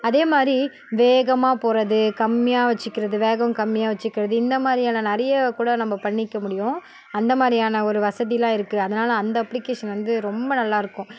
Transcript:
அதே மாதிரி வேகமாகப் போகிறது கம்மியாக வச்சுக்கிறது வேகம் கம்மியாக வச்சுக்கிறது இந்த மாதிரியான நிறைய கூட நம்ம பண்ணிக்க முடியும் அந்த மாதிரியான ஒரு வசதில்லாம் இருக்குது அதனால் அந்த அப்ளிக்கேஷன் வந்து ரொம்ப நல்லா இருக்கும்